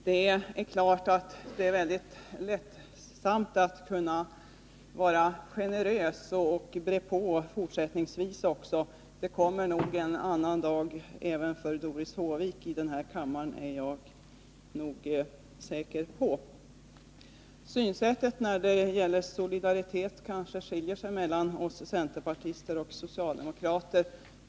Det är klart att det är väldigt lättsamt att kunna vara generös och bre på också fortsättningsvis. Men det kommer nog en annan dag även för Doris Håvik i denna kammare, det är jag säker på. Synsättet när det gäller solidaritet kanske skiljer sig mellan oss centerpartister och socialdemokraterna.